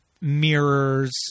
mirrors